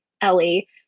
Ellie